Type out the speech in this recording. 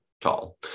tall